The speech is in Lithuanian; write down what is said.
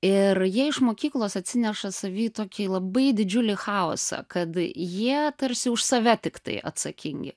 ir jie iš mokyklos atsineša savy tokį labai didžiulį chaosą kad jie tarsi už save tiktai atsakingi